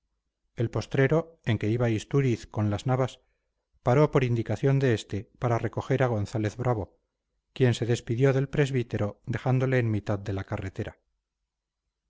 el postrero en que iba istúriz con las navas paró por indicación de este para recoger a gonzález brabo quien se despidió del presbítero dejándole en mitad de la carretera